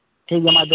ᱴᱷᱤᱠᱜᱮᱭᱟ ᱢᱟ